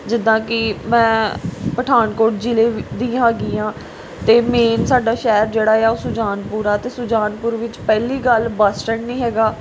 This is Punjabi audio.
ਜਿੱਦਾਂ ਕਿ ਮੈਂ ਪਠਾਨਕੋਟ ਜਿਲ੍ਹੇ ਦੀ ਹੈਗੀ ਹਾਂ ਅਤੇ ਮੇਨ ਸਾਡਾ ਸ਼ਹਿਰ ਜਿਹੜਾ ਹੈ ਉਹ ਸੁਜਾਨਪੁਰਾ ਅਤੇ ਸੁਜਾਨਪੁਰ ਵਿੱਚ ਪਹਿਲੀ ਗੱਲ ਬੱਸ ਸਟੈਂਡ ਨਹੀਂ ਹੈਗਾ